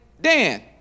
Dan